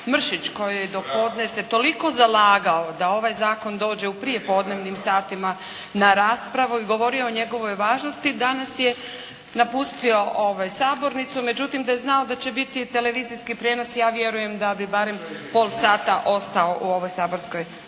Mršić koji je dopodne toliko se zalagao da ovaj zakon dođe u prijepodnevnim satima na raspravu i govorio o njegovoj važnosti danas je napustio sabornicu. Međutim, da je znao da će biti televizijski prijenos, ja vjerujem da bi barem pol sata ostao u ovoj saborskoj